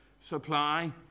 supply